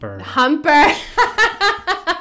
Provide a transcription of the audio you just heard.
humper